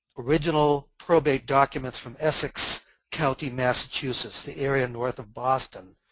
original probate documents from essex county, massachusetts, the area north of boston.